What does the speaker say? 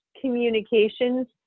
Communications